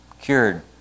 cured